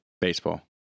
Baseball